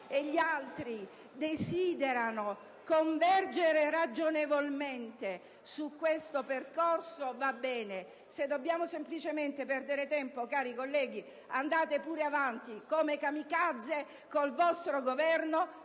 e gli altri desiderano convergere, ragionevolmente, su questo percorso, va bene. Se dobbiamo semplicemente perdere tempo, cari colleghi, andate pure avanti come *kamikaze* con il vostro Governo: